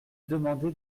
demandé